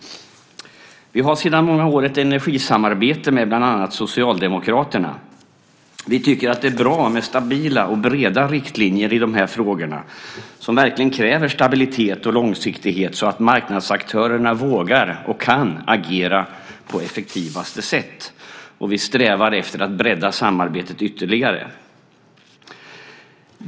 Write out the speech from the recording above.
Vi har sedan många år ett energisamarbete med bland andra Socialdemokraterna. Vi tycker att det är bra med stabila och breda riktlinjer i de här frågorna, som verkligen kräver stabilitet och långsiktighet så att marknadsaktörerna vågar och kan agera på effektivaste sätt. Vi strävar efter att bredda samarbetet ytterligare.